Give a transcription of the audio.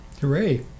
Hooray